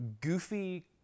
goofy